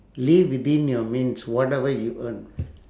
live within your means whatever you earn